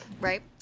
Right